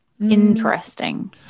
Interesting